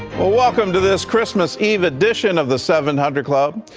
well welcome to this christmas eve edition of the seven hundred club.